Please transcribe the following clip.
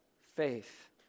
faith